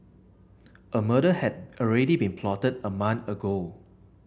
a murder had already been plotted a month ago